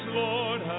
lord